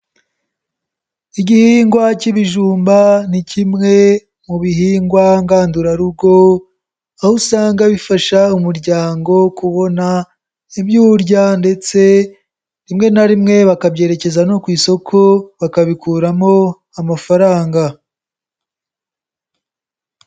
Igihingwa cy'ibijumba ni kimwe mu bihingwa ngandurarugo, aho usanga bifasha umuryango kubona ibyo urya ndetse rimwe na rimwe bakabyerekeza no ku isoko bakabikuramo amafaranga.